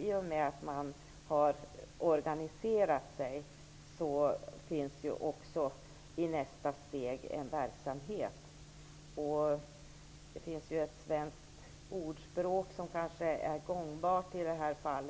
I och med att de har organiserat sig finns också i nästa steg en verksamhet. Det finns ett svenskt ordspråk som kanske är gångbart i detta fall: